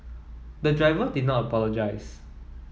the driver did not apologise